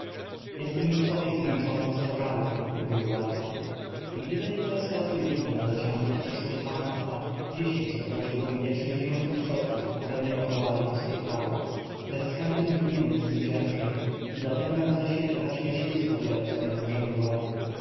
jestem już człowiek zmęczony i schorzały mówił władca i gdyby nie troska o twój wiek młodociany i przyszłość państwa dziś jeszcze prosiłbym wiecznie żyjących przodków aby mnie odwołali do swej chwały lecz z każdym dniem jest mi ciężej i dlatego ramzesie zaczniesz już podzielać ze mną brzemię władzy